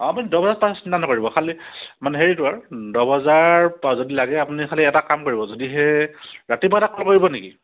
অঁ আপুনি দহ বজাত পাই যাব চিন্তা নাপাৰিব খালী মানে হেৰিটো আৰু দহ বজাত যদি লাগে আপুনি খালী এটা কাম কৰিব যদিহে ৰাতিপুৱা এটা কাম কৰিব নেকি